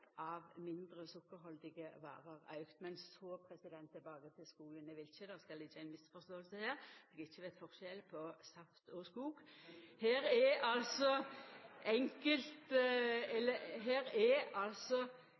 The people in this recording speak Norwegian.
av mindre sukkerhaldige varer auka. Men tilbake til skogen. Eg vil ikkje at det skal liggja ei misforståing her, at eg ikkje veit forskjell på saft og skog. Det er